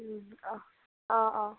অ' অ'